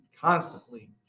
constantly-